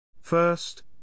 First